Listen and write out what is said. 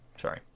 Sorry